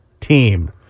team